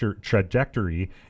trajectory